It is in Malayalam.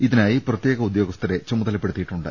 ഇതിനായി പ്രത്യേക ഉദ്യോഗസ്ഥരെ ചുമതലപ്പെടുത്തിയിട്ടുണ്ട്